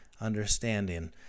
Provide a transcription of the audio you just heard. understanding